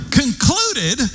concluded